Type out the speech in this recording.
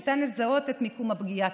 ניתן לזהות את מקום הפגיעה,